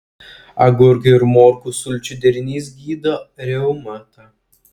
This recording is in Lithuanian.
agurkų ir morkų sulčių derinys gydo reumatą